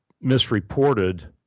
misreported